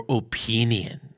opinion